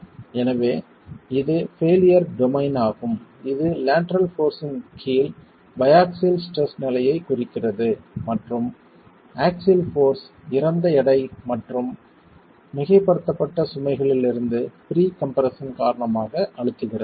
எனவே இது failure domain ஆகும் இது லேட்டரல் போர்ஸ் இன் கீழ் பையாக்ஸில் ஸ்ட்ரெஸ் நிலையைக் குறிக்கிறது மற்றும் ஆக்ஸில் போர்ஸ் இறந்த எடை மற்றும் மிகைப்படுத்தப்பட்ட சுமைகளிலிருந்து ப்ரீ கம்ப்ரெஸ்ஸன் காரணமாக அழுத்துகிறது